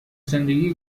زندگی